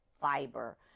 fiber